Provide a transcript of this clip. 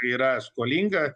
yra skolinga